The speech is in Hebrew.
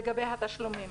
לגבי התשלומים,